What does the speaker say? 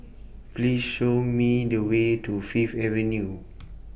Please Show Me The Way to Fifth Avenue